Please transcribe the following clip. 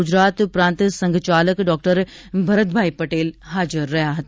ગુજરાત પ્રાંત સંઘચાલક ડોક્ટર ભરતભાઈ પટેલ હાજર રહ્યા હતા